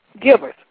givers